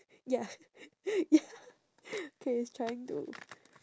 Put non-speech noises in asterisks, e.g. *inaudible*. ya ya *noise* okay he's trying to